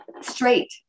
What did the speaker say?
straight